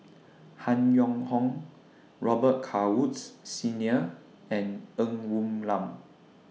Han Yong Hong Robet Carr Woods Senior and Ng Woon Lam